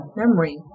memory